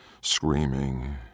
screaming